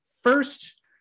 First